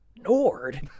Nord